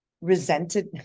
resented